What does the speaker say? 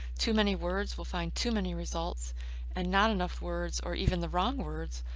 too many words will find too many results and not enough words, or even the wrong words,